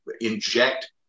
inject